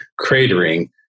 cratering